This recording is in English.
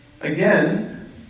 Again